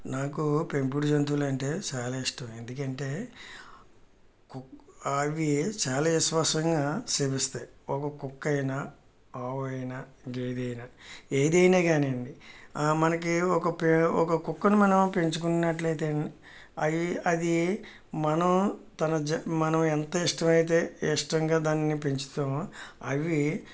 నాకు పెంపుడు జంతువులు అంటే చాలా ఇష్టం ఎందుకంటే కుక్క అవి చాలా విశ్వాసంగా సేవిస్తాయి ఒక కుక్క అయినా ఆవు అయినా గేదె అయినా ఏదైనా కానీ అండి ఆ మనకి ఒక ఒక కుక్కని మనం పెంచుకున్నట్లయితే అది అది మనం తన మనం ఎంత ఇష్టమైతే ఇష్టంగా దానిని పెంచుతామో అవి